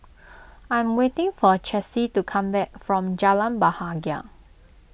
I am waiting for Chessie to come back from Jalan Bahagia